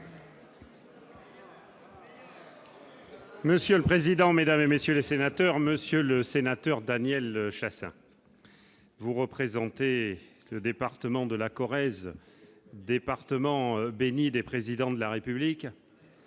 Monsieur le président, Mesdames et messieurs les sénateurs, monsieur le sénateur Daniel Chassain, vous représentez le département de la Corrèze, département béni des présidents de la République